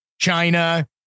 China